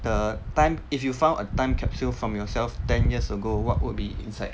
the time if you found a time capsule from yourself ten years ago what would be inside